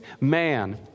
man